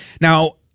Now